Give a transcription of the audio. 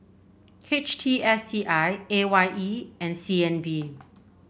H T S C I A Y E and C N B